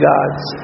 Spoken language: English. God's